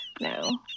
no